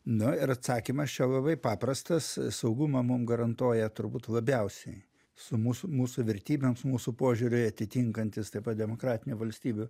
nu ir atsakymas čia labai paprastas saugumą mum garantuoja turbūt labiausiai su mūsų mūsų vertybėm su mūsų požiūriai atitinkantys taip pat demokratinių valstybių